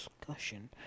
discussion